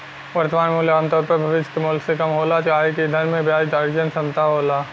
वर्तमान मूल्य आमतौर पर भविष्य के मूल्य से कम होला काहे कि धन में ब्याज अर्जन क्षमता होला